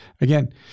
again